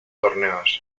torneos